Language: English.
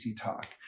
Talk